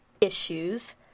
issues